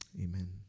Amen